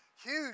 huge